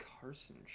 carson